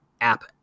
app